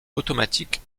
automatique